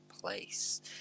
place